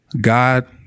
God